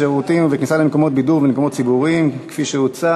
בשירותים ובכניסה למקומות בידור ולמקומות ציבוריים (תיקון,